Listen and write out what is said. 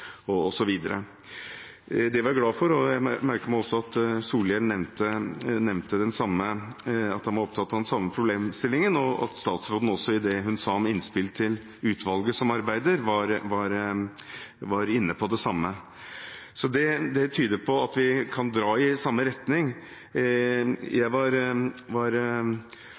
og sterkeste økonomien og best tilgang på sponsorer osv. Det er jeg glad for. Jeg merker meg også at Bård Vegar Solhjell nevnte at han var opptatt av den samme problemstillingen, og at statsråden i det hun sa om innspill til utvalget som er i arbeid, var inne på det samme, så det tyder på at vi kan dra i samme retning. Jeg